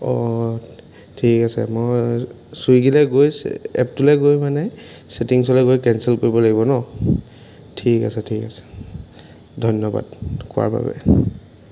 অঁ ঠিক আছে মই ছুইগীলৈ গৈ এপটোলৈ গৈ মানে ছেটিংছলৈ গৈ কেনচেল কৰিব লাগিব ন ঠিক আছে ঠিক আছে ধন্যবাদ কোৱাৰ বাবে